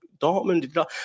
Dortmund